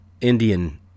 Indian